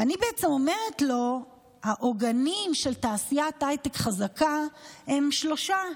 ואני בעצם אומרת לו: העוגנים של תעשיית הייטק חזקה הם שלושה.